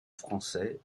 français